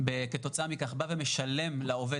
שכחת מה עשינו בחדר אותו יום כשבאנו ונלחמנו